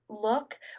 Look